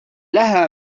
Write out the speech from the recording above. لها